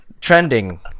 Trending